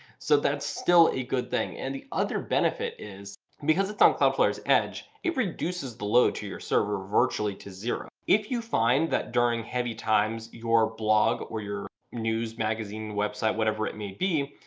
so that's still a good thing and the other benefit is because it's on cloudflare's edge, it reduces the load to your server virtually to zero. if you find that during heavy times your blog or your news magazine website, whatever it may be,